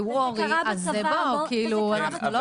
אז בואו, אנחנו לא